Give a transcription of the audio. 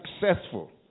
successful